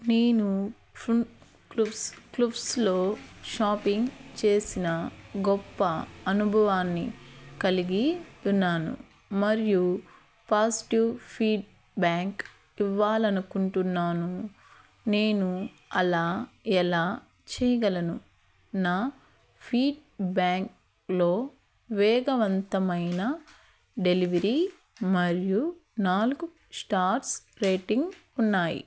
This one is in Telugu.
నేను క్లూవ్స్లో షాపింగ్ చేసిన గొప్ప అనుభవాన్ని కలిగి ఉన్నాను మరియు పాజిటివ్ ఫీడ్బ్యాక్ ఇవ్వాలనుకుంటున్నాను నేను అలా ఎలా చేయగలను నా ఫీడ్బ్యాక్లో వేగవంతమైన డెలివరీ మరియు నాలుగు స్టార్స్ రేటింగ్ ఉన్నాయి